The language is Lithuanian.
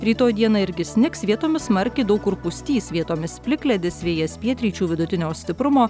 rytoj dieną irgi snigs vietomis smarkiai daug kur pustys vietomis plikledis vėjas pietryčių vidutinio stiprumo